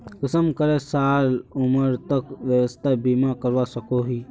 कुंसम करे साल उमर तक स्वास्थ्य बीमा करवा सकोहो ही?